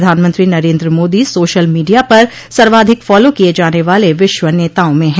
प्रधानमंत्री Narendra Modi social media पर सर्वाधिक फॉलो किए जाने वाले विश्व नेताओं में हैं